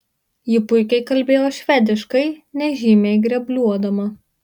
ji puikiai kalbėjo švediškai nežymiai grebluodama